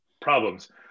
problems